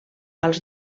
als